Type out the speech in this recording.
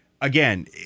again